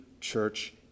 church